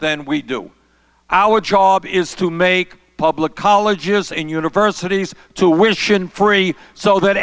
than we do our job is to make public colleges and universities to which in free so that